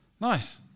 Nice